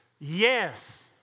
Yes